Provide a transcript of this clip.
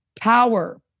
power